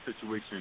situation